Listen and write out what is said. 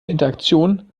interaktion